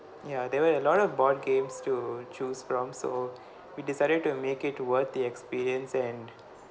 ya there were a lot of board games to choose from so we decided to make it worth the experience and